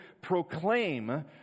proclaim